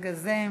מרגע זה.